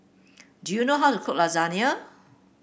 do you know how to cook Lasagna